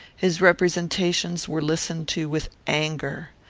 his representations were listened to with anger.